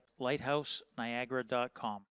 lighthouseniagara.com